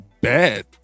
bad